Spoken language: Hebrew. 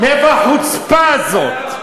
מאיפה החוצפה הזאת?